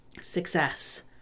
success